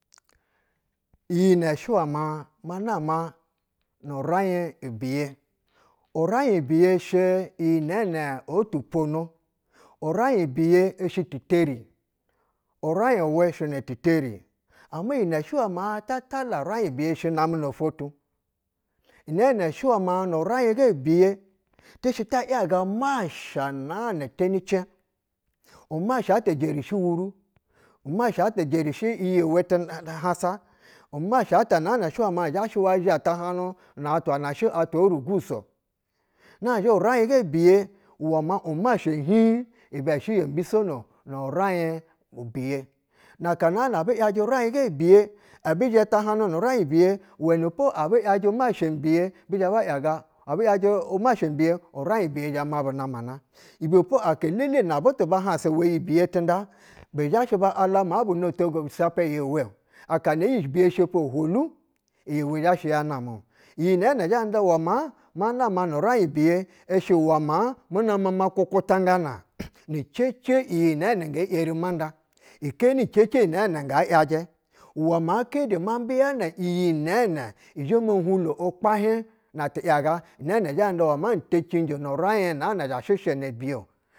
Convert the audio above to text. Iyi nɛshɛ ma ma nama nu raiɧ ‘biye uraiɧ biye shɛ iyi nɛ out pwono uraiɧ biye shɛ titeri, urain wɛ sha na teri. Ama iyi nɛ shɛ uwɛ ma tala uraiɧ biye sha namɛ nofwo tu, nɛɛ nɛ shɛ ma nu raiɧ ga biye tɛ shɛ ti yaga masha mu naa na temi cɛɧ, umash ta jerishi wuru, umasha ta jerishi iyi wɛ tuhausa, umasha ta shɛ unaa na zhashɛ ya zha tahanu na twa shɛ atwa orugusu-o. Na zhɛ uraiɧ ga biye uwɛ ma umasha hiiɧ ibɛ shɛ yo jitono nu raiɧ ubiye naka naa na abu yajɛ uraiɧ ga ibiye, abi zhɛ tahahu nu raiɧ biye uwɛnɛ po ɛbu umasha mibiye bizhɛ ba yaga abi yajɛ mashami biye uraiɧ biye zhɛ ma bu namana ibɛpo aka idena butu ba hasusa uwɛ yi biye tinƌa bizhashɛ ba ala ma man a gbota ni wɛ. Akan iyi biye shepi o hwolu, iyi wɛ zhashɛ ya nama iyi nɛɛnɛ zhɛ nda uwɛ maa ma nama nu raiɧ biye shɛ uwɛ maa mu na mama kukutangana ni cece ni yi nɛɛ nɛ nge eri ma nda ken cece nɛɛnɛ nga yajɛ uwɛ maa kede ma mbiyana iyi nɛɛ nɛ, zhɛ mo hulo ukpahiɛɧ na ti yaga nɛɛ nɛ zhɛ mbɛ uwɛ ma tecinji nu raiɧ naa na zha sha una biye-o.